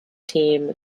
team